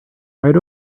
right